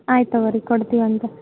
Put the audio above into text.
ಆಯ್ತು ತಗೊಳಿ ಕೊಡ್ತೀವಂತೆ